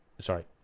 Sorry